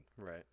Right